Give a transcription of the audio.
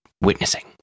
witnessing